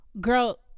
girl